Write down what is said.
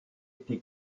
été